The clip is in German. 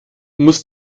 muss